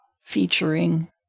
featuring